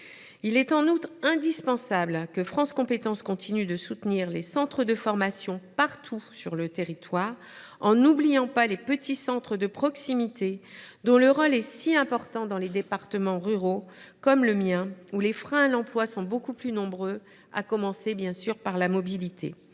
Il est en outre indispensable que France Compétences continue de soutenir les centres de formation partout sur le territoire, en n’oubliant pas les petits centres de proximité dont le rôle est si important dans les départements ruraux, comme le mien, où les freins à l’emploi sont beaucoup plus nombreux, à commencer par les problèmes de mobilité.